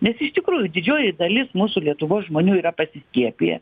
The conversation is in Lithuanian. nes iš tikrųjų didžioji dalis mūsų lietuvos žmonių yra pasiskiepiję